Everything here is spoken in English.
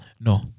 no